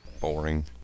Boring